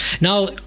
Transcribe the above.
Now